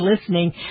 listening